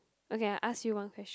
okay I ask you one question